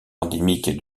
endémique